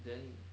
then